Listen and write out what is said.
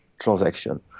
transaction